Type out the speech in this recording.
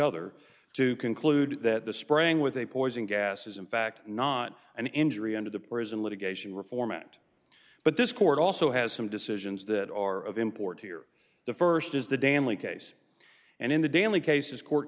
other to conclude that the spraying with a poison gas is in fact not an injury under the prison litigation reform act but this court also has some decisions that are of import here the st is the dam lee case and in the daily cases court